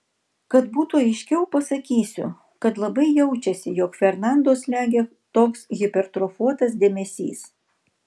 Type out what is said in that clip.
kad būtų aiškiau pasakysiu kad labai jaučiasi jog fernando slegia toks hipertrofuotas dėmesys